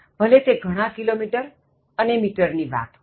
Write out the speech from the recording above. ભલે તે ઘણા કિલોમિટર અને મિટર ની વાત હોય